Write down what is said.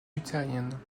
luthérienne